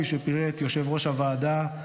כפי שפירט יושב-ראש הוועדה,